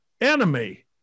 enemy